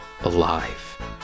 alive